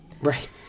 Right